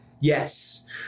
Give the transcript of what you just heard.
Yes